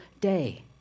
day